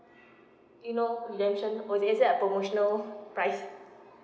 you know redemption or did it said a promotional price